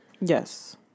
Yes